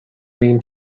mean